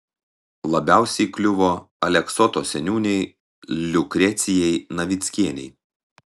labiausiai kliuvo aleksoto seniūnei liukrecijai navickienei